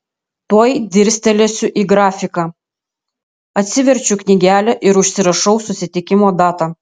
tuoj dirstelėsiu į grafiką atsiverčiu knygelę ir užsirašau susitikimo datą